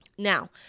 Now